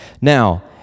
Now